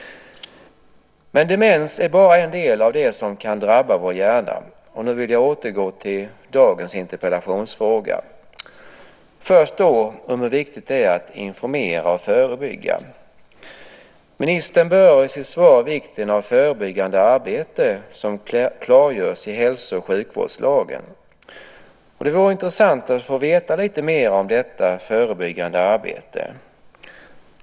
Men demens är bara en del av det som kan drabba vår hjärna. Jag vill nu återgå till dagens interpellationsfråga. Det gäller först hur viktigt det är att informera och förebygga. Ministern berör i sitt svar vikten av förebyggande arbete, som klargörs i hälso och sjukvårdslagen. Det vore intressant att få veta lite mer om detta förebyggande arbete.